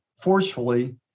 forcefully